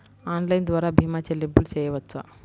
Online ద్వార భీమా చెల్లింపులు చేయవచ్చా?